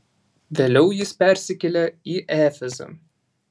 vėliau jis persikėlė į efezą